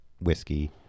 whiskey